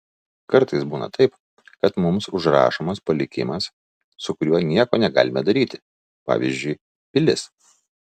kartais būna taip kad mums užrašomas palikimas su kuriuo nieko negalime daryti pavyzdžiui pilis